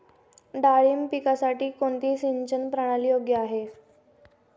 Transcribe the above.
डाळिंब पिकासाठी कोणती सिंचन प्रणाली योग्य आहे?